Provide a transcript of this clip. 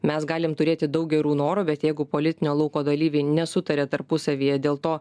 mes galim turėti daug gerų norų bet jeigu politinio lauko dalyviai nesutaria tarpusavyje dėl to